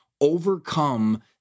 overcome